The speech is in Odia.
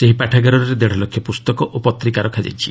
ସେହି ପାଠାଗାରରେ ଦେଢ଼ ଲକ୍ଷ ପ୍ରସ୍ତକ ଓ ପତ୍ରିକା ରଖାଯାଇଛି